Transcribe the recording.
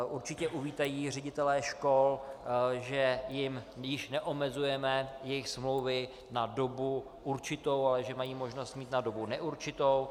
Určitě ředitelé škol uvítají, že jim již neomezujeme jejich smlouvy na dobu určitou, ale že mají možnost je mít na dobu neurčitou.